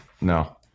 No